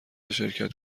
شرکت